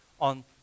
on